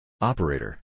operator